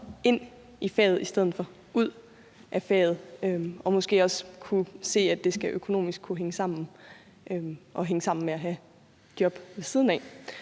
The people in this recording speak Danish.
ind i faget i stedet for ud af faget og måske også det med at kunne se, at det økonomisk skal kunne hænge sammen og hænge sammen med at have et job ved siden af.